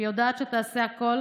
ויודעת שתעשה הכול